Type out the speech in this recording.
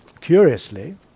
curiously